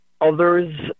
others